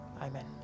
Amen